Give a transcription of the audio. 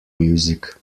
music